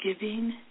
Giving